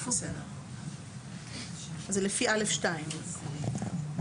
זה לפי (א)(2).